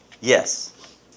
Yes